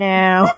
now